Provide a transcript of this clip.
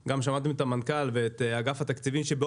גם שמעתם את המנכ"ל ואת נציגת